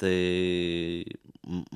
tai